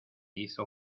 hizo